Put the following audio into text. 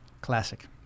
Classic